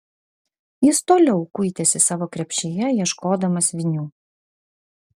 jis toliau kuitėsi savo krepšyje ieškodamas vinių